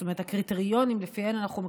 זאת אומרת,